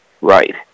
Right